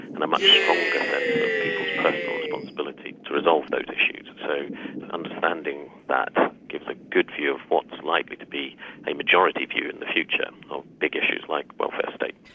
and a much stronger sense of people's personal responsibility to resolve those issues. so understanding that gives a good view of what is likely to be a majority view in the future of big issues like welfare state.